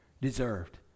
deserved